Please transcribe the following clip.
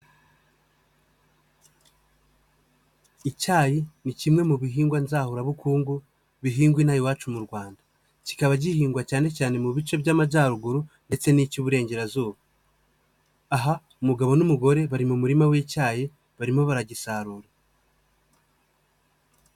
Icyayi ni kimwe mu bihingwa nzahurabukungu bihingwaa iwacu mu Rwanda, kikaba gihingwa cyane cyane mu bice by'Amajyaruguru ndetse n'icy'Ububurengerazuba, aha umugabo n'umugore bari mu murima w'icyayi, barimo baragisarura.